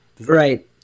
Right